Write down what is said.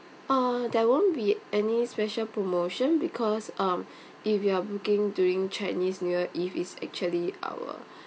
uh there won't be any special promotion because um if you are booking during chinese new year eve it's actually our